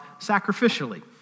sacrificially